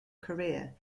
career